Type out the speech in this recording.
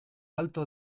alto